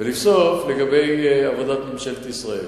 ולבסוף, לגבי עבודת ממשלת ישראל.